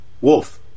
Wolf